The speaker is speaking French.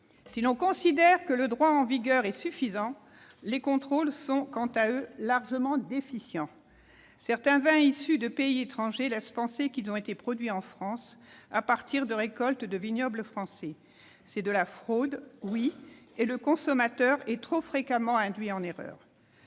Si l'on considère que le droit en vigueur est suffisant, les contrôles sont, quant à eux, largement déficients. Les étiquettes de certains vins issus de pays étrangers donnent à penser qu'ils ont été produits en France à partir de récoltes du vignoble français. C'est de la fraude, oui, et le consommateur est trop fréquemment induit en erreur